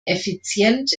effizient